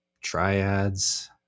triads